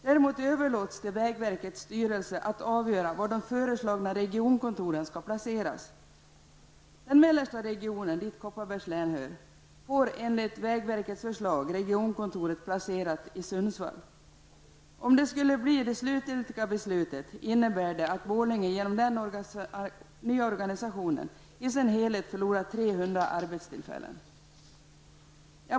Däremot överlåts till vägverkets styrelse att avgöra var de föreslagna regionkontoren skall placeras. Den mellersta regionen -- dit Kopparbergs län hör -- får enligt vägverkets förslag regionkontoret placerat i Sundsvall. Om det skulle bli det slutgiltiga beslutet innebär det att Borlänge genom den nya organisationen i sin helhet förlorar 300 arbetstillfällen.